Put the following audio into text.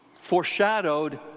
foreshadowed